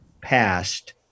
passed